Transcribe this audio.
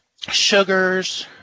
sugars